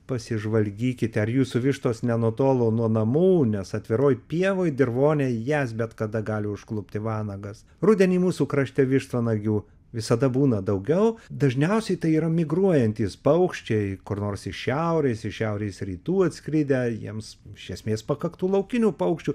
pasižvalgykite ar jūsų vištos nenutolo nuo namų nes atviroje pievoje dirvone jas bet kada gali užklupti vanagas rudenį mūsų krašte vištvanagių visada būna daugiau dažniausiai tai yra migruojantys paukščiai kur nors šiaurės šiaurės rytų atskridę jiems iš esmės pakaktų laukinių paukščių